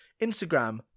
Instagram